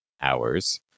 hours